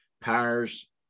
powers